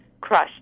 crushed